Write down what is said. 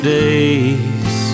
days